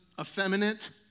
effeminate